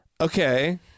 Okay